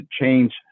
change